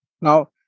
Now